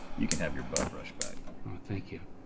you can have you butt brush back. oh thank you.